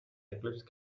eclipse